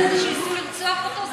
שניסו לרצוח אותו.